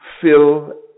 fill